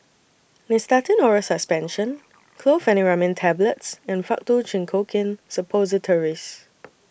Nystatin Oral Suspension Chlorpheniramine Tablets and Faktu Cinchocaine Suppositories